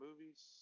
movies